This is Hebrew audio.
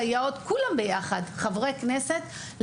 סייעות וחברי כנסת,